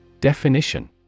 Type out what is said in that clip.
Definition